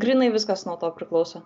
grynai viskas nuo to priklauso